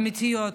אמיתיות.